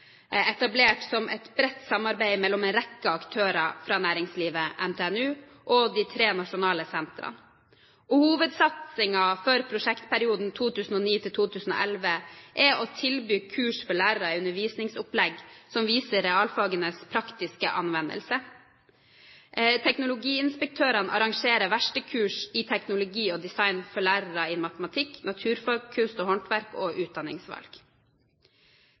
etablert som et bredt samarbeid mellom en rekke aktører fra næringslivet, NTNU og de tre nasjonale sentrene. Hovedsatsingen for prosjektperioden 2009–2011 er å tilby kurs for lærere i undervisningsopplegg som viser realfagenes praktiske anvendelse. Teknologiinspiratørene arrangerer verkstedkurs i teknologi og design for lærere i matematikk, naturfag, kunst og håndverk og utdanningsvalg.